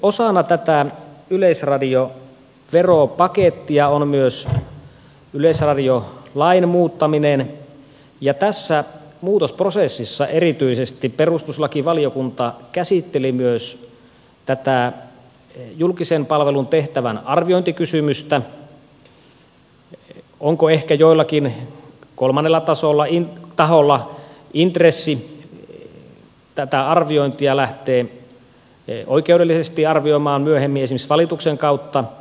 osana tätä yleisradioveropakettia on myös yleisradiolain muuttaminen ja tässä muutosprosessissa erityisesti perustuslakivaliokunta käsitteli myös tätä julkisen palvelun tehtävän arviointikysymystä onko ehkä jollakin kolmannella taholla intressi tätä arviointia lähteä oikeudellisesti arvioimaan myöhemmin esimerkiksi valituksen kautta